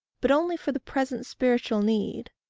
but only for the present spiritual need.